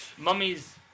Mummies